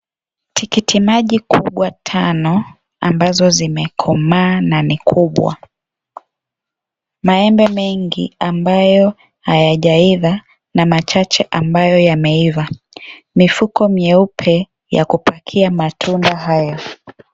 Tikitiki maji kubwa tano, ambazo zimekomaa na ni kubwa. Maembe mengi ambayo hayajaisha na machache ambayo yameiva. Mifuko mieupe ya kupakia matunda haya.